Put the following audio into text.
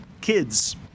kids